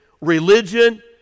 religion